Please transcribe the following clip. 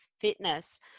fitness